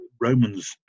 Romans